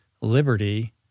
liberty